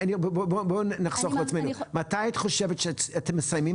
בואו נחסוך לעצמנו: מתי את חושבת שאתם מסיימים